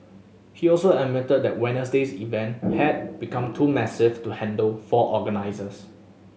he also admitted that Wednesday's event had become too massive to handle for organisers